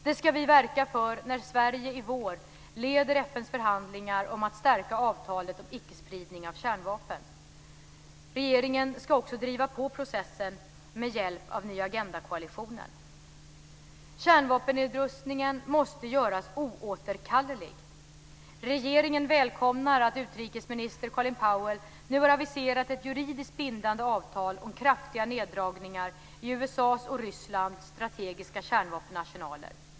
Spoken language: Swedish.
Det ska vi verka för när Sverige i vår leder FN:s förhandlingar om att stärka avtalet om icke-spridning av kärnvapen. Regeringen ska också driva på processen med hjälp av Ny Agenda-koalitionen. Kärnvapennedrustningen måste göras oåterkallelig. Regeringen välkomnar att utrikesminister Colin Powell nu har aviserat ett juridiskt bindande avtal om kraftiga neddragningar i USA:s och Rysslands strategiska kärnvapenarsenaler.